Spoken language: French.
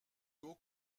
haut